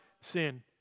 sin